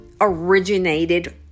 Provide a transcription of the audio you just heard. originated